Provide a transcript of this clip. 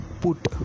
put